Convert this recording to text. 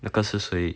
那个是谁